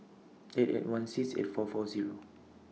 eight eight one six eight four four Zero